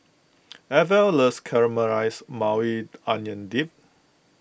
Arvel loves Caramelized Maui Onion Dip